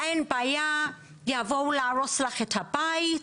אין בעיה, יבואו להרוס לך את הבית,